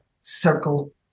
circle